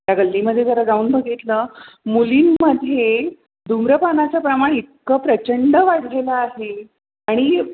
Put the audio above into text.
त्या गल्लीमध्ये जरा जाऊन बघितलं मुलींमध्ये धूम्रपानाचं प्रमाण इतकं प्रचंड वाढलेलं आहे आणि